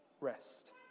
rest